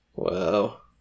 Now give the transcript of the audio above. Wow